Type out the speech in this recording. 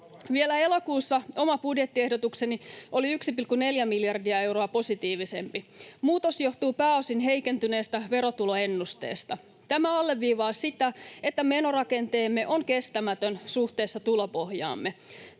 Vielä elokuussa oma budjettiehdotukseni oli 1,4 miljardia euroa positiivisempi. Muutos johtuu pääosin heikentyneestä verotuloennusteesta. Tämä alleviivaa sitä, että menorakenteemme on kestämätön suhteessa tulopohjaamme.